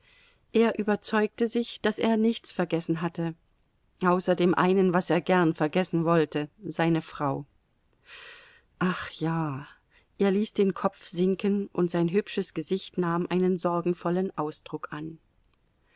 er überzeugte sich daß er nichts vergessen hatte außer dem einen was er gern vergessen wollte seine frau ach ja er ließ den kopf sinken und sein hübsches gesicht nahm einen sorgenvollen ausdruck an